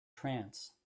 trance